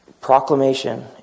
Proclamation